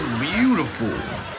beautiful